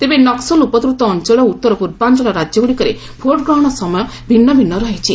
ତେବେ ନକ୍କୁଲ ଉପଦ୍ରତ ଅଞ୍ଚଳ ଓ ଉତ୍ତର ପୂର୍ବାଞ୍ଚଳ ରାଜ୍ୟଗୁଡ଼ିକରେ ଭୋଟ୍ ଗ୍ରହଣ ସମୟ ଭିନ୍ନ ଭିନ୍ନ ରହିଛି